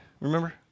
Remember